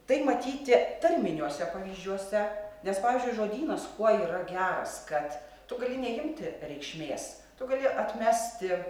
tai matyti tarminiuose pavyzdžiuose nes pavyzdžiui žodynas kuo yra geras kad tu gali neimti reikšmės tu gali atmesti